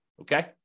okay